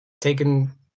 taken